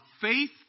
faith